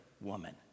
woman